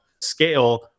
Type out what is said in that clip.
scale